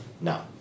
No